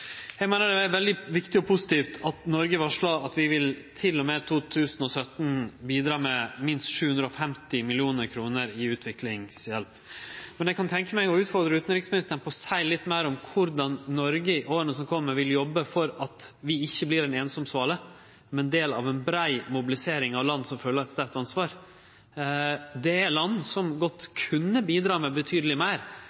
Eg meiner det er veldig viktig og positivt at Noreg varsla at vi til og med 2017 vil bidra med minst 750 mill. kr i utviklingshjelp. Eg kan tenkje meg å utfordre utanriksministeren på å seie litt meir om korleis Noreg i åra som kjem vil jobbe for at vi ikkje vert ei einsam svale, men ein del av ei brei mobilisering av land som føler eit sterkt ansvar. Det er land som godt